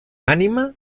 ànima